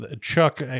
Chuck